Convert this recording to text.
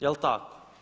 Jel' tako?